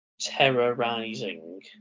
Terrorizing